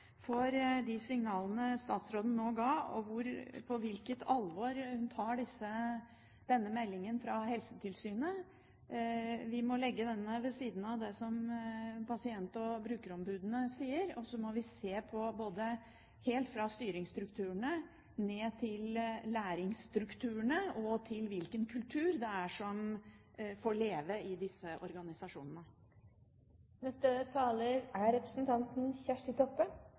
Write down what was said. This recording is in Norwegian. for de signalene statsråden nå ga, og for hvor alvorlig hun tar denne meldingen fra Helsetilsynet. Vi må legge denne ved siden av det som pasient- og brukerombudene sier, og så må vi se på det helt fra styringsstrukturene ned til læringsstrukturene og hvilken kultur det er som får leve i disse